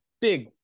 big